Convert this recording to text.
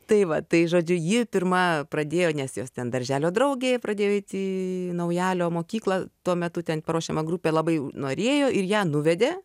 tai va tai žodžiu ji pirma pradėjo nes jos ten darželio draugė pradėjo eiti į naujalio mokyklą tuo metu ten paruošiama grupė labai norėjo ir ją nuvedė